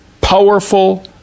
powerful